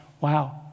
Wow